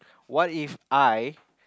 what If I